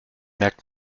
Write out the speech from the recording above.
merkt